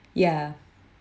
ya